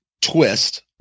twist